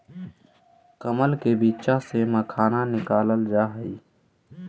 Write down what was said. कमल के बीच्चा से मखाना निकालल जा हई